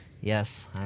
yes